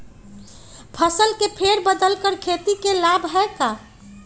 फसल के फेर बदल कर खेती के लाभ है का?